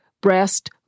breast